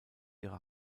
ihre